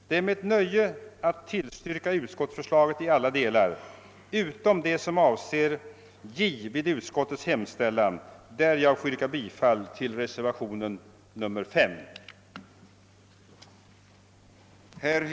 Det är mig ett nöje att tillstyrka utskottets förslag i alla delar utom i vad avser J i utskottets hemställan, där jag ber att få yrka bifall till reservationen V.